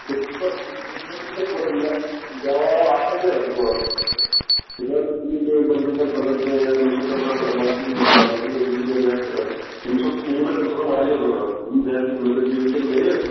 یَوٕ آیاو اکھ حظ مےٚ یور تٔمۍ دپیٛاو تُہۍ دِیِو مےٚ بہٕ دِمہٕ امہِ بدل کیٚنٛہہ یا تٔمِس اوس تَمہِ ساتہٕ مَجبوٗری بِچارَس دوٚپُن تُہۍ دِیِو مےٚ بہٕ ہیٚکہٕ تٔمِس اوس خوٗن نا تٔمِس اوس واریاہ ضروٗرت دوٚپُن بہٕ ہیٚکہِ تُہۍ دِیِو وُنکیٚن میےٚ یہِ